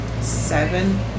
seven